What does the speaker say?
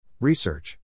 Research